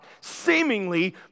Seemingly